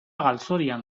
galzorian